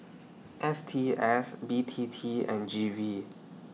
S T S B T T and G V